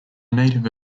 native